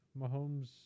Mahomes